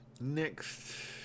Next